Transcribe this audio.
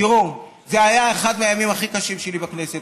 תראו, זה היה אחד מהימים הכי קשים שלי בכנסת.